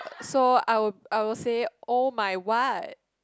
so I will I will say oh my what